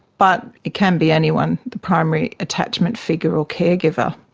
but it can be anyone, the primary attachment figure or caregiver.